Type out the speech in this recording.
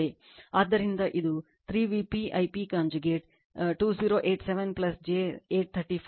ಆದ್ದರಿಂದ ಇದು 3 Vp I p conjugate 2087 j 834